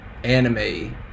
Anime